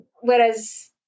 Whereas